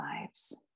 lives